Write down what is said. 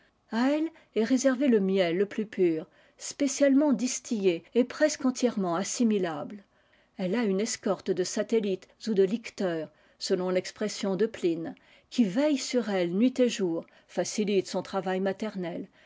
elle est réservé le miel le plus pur spé lement distillé et presque entièrement assimilable elle a une escorte de satellites ou de licteurs selon l'expression de pline qui veille sur elle nuit et jour facilite son travail maternel